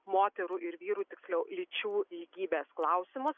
moterų ir vyrų tiksliau lyčių lygybės klausimus